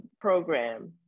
program